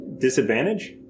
disadvantage